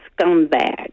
scumbag